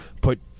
put